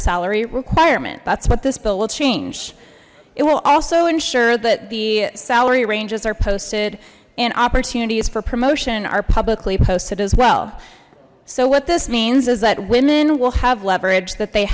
salary requirement that's what this bill will change it will also ensure that the salary ranges are posted and opportunities for promotion are publicly posted as well so what this means is that women will have leverage that they